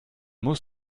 muss